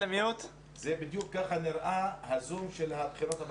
בדיוק ככה נראה הזום של בחינות הבגרות.